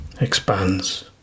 expands